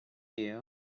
you